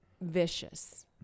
vicious